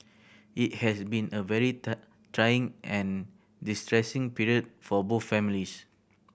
it has been a very trying and distressing period for both families